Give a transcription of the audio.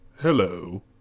Hello